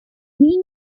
mean